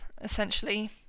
essentially